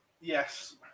Yes